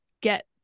get